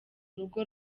rugo